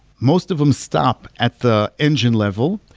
most of them stop at the engine level,